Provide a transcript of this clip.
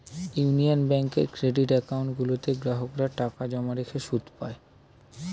union ব্যাঙ্কের credit account গুলোতে গ্রাহকরা টাকা জমা রেখে সুদ পায়